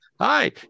hi